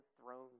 throne